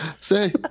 Say